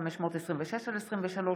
526/23,